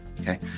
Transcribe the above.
okay